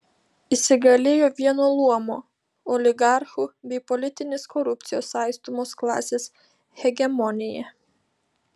įsigalėjo vieno luomo oligarchų bei politinės korupcijos saistomos klasės hegemonija